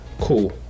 Cool